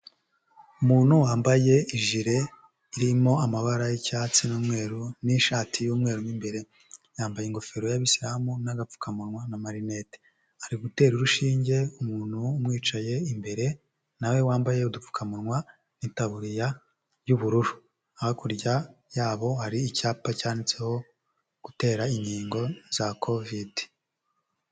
Umuntu wambaye ijire irimo amabara y'icyatsi n'umweru n'ishati y'umweru mo imbere, yambaye ingofero y'abisilamu n'agapfukamunwa, na marinete, ari gutera urushinge umuntu umwicaye imbere na we wambaye udupfukamunwa n'itabuririya y'ubururu. Hakurya yabo hari icyapa cyanditseho gutera inkingo za kovide.